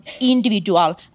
individual